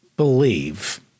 believe